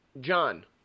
John